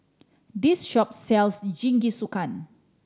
this shop sells Jingisukan